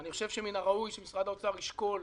אני חושב שמן הראוי שמשרד האוצר ישקול,